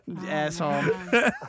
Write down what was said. asshole